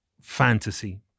fantasy